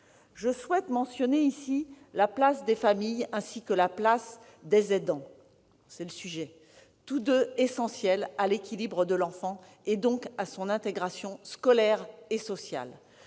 Je souhaite mentionner ici la place des familles et des aidants, tous deux essentiels à l'équilibre de l'enfant, donc à son intégration scolaire et sociale.